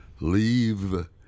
leave